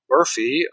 Murphy